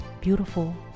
beautiful